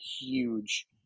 huge